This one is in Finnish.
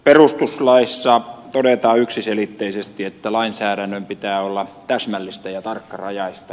perustuslaissa todetaan yksiselitteisesti että lainsäädännön pitää olla täsmällistä ja tarkkarajaista